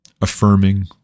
affirming